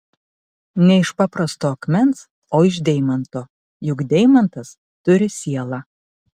ne iš paprasto akmens o iš deimanto juk deimantas turi sielą